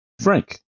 Frank